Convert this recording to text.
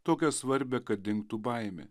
tokią svarbią kad dingtų baimė